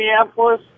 Minneapolis